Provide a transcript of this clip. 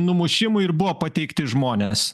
numušimui ir buvo pateikti žmonės